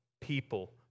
people